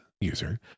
user